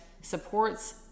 supports